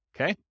Okay